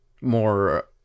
more